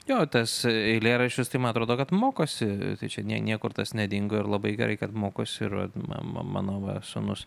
jo tas eilėraščius tai man atrodo kad mokosi čia ne niekur nedingo ir labai gerai kad mokosi ir vat ma mano va sūnus